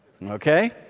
Okay